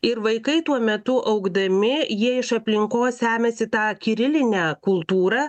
ir vaikai tuo metu augdami jie iš aplinkos semiasi tą kirilinę kultūrą